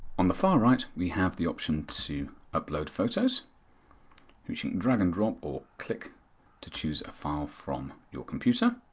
on the far right, we have the option to upload photos using drag and drop or click to choose a file from your computer.